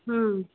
हूॅं